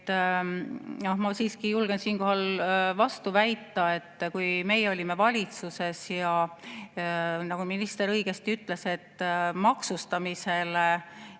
Ma siiski julgen siinkohal vastu väita. Kui meie olime valitsuses – nagu minister õigesti ütles, et maksustamisele,